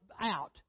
out